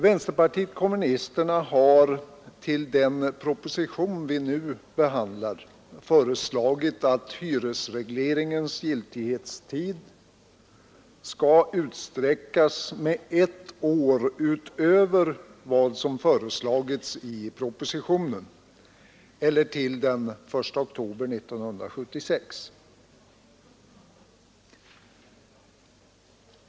Vänsterpartiet kommunisterna har till den proposition vi nu behandlar föreslagit att hyresregleringens giltighetstid skall utsträckas med ett år utöver vad som föreslagits i propositionen, eller till den 1 oktober 1976.